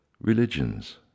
Religions